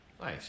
Nice